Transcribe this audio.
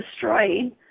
destroying